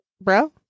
bro